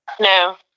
No